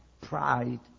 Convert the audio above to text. pride